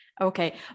okay